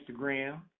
Instagram